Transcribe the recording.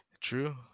True